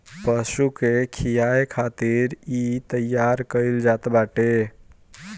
पशु के खियाए खातिर इ तईयार कईल जात बाटे